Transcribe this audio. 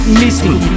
missing